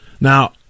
Now